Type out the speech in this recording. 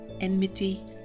enmity